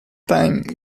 time